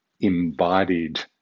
embodied